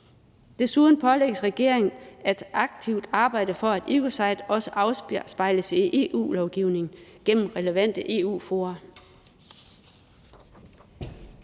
Desuden pålægges regeringen aktivt at arbejde for, at ecocide også afspejles i EU-lovgivningen gennem relevante EU-fora.«